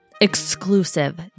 exclusive